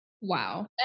wow